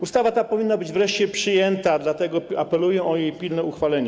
Ustawa ta powinna być wreszcie przyjęta, dlatego apeluję o jej pilne uchwalenie.